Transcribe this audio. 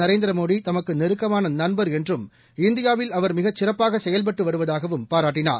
நரேந்திர மோடி தமக்கு நெருக்கமான நன்பர் என்றும் இந்தியாவில் அவர் மிகச் சிறப்பாக செயல்பட்டு வருவதாகவும் பாராட்டினார்